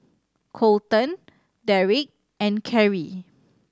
Kolton Derrek and Carry